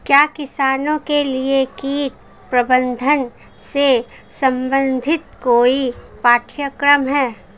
क्या किसानों के लिए कीट प्रबंधन से संबंधित कोई पाठ्यक्रम है?